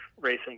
racing